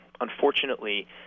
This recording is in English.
unfortunately